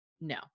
no